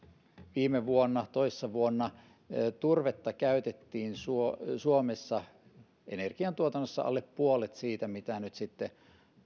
viime vuonna toissa vuonna turvetta käytettiin suomessa energiantuotannossa alle puolet siitä mitä nyt sitten